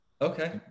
Okay